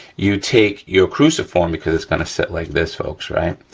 you take your cruciform, because it's gonna sit like this, folks, right?